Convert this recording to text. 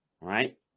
right